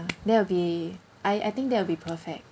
that will be I I think that will be perfect